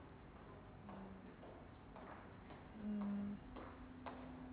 mm